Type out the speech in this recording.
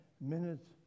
minutes